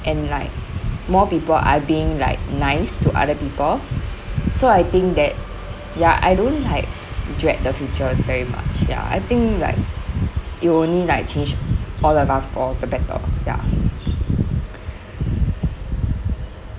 and like more people are being like nice to other people so I think that ya I don't like dread the future very much ya I think like it will only like change all of us for the better ya